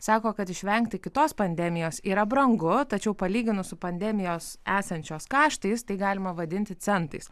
sako kad išvengti kitos pandemijos yra brangu tačiau palyginus su pandemijos esančios kaštais tai galima vadinti centais